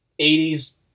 80s